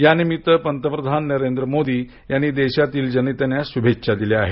त्यानिमित्त पंतप्रधान नरेंद्र मोदी यांनी देशातील जनतेला शुभेच्छा दिल्या आहेत